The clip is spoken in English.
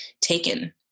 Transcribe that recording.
taken